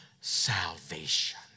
salvation